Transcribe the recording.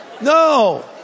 No